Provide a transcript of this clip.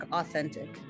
authentic